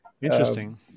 Interesting